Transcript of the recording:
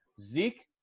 Zeke